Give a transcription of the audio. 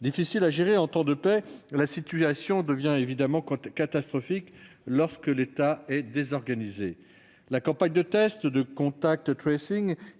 Difficile à gérer en temps de paix, la situation devient catastrophique lorsque l'État est désorganisé. La campagne de test, de